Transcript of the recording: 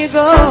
go